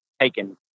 Taken